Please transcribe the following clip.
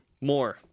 More